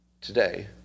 today